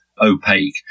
opaque